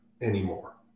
anymore